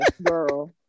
girl